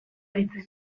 baitzen